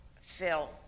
Phil